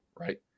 Right